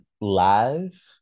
live